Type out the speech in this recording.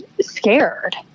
scared